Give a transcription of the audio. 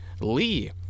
Lee